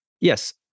yes